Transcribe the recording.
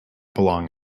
belong